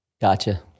Gotcha